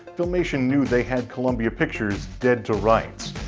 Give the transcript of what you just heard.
filmation knew they had columbia pictures dead to rights.